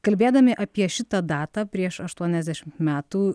kalbėdami apie šitą datą prieš aštuoniasdešimt metų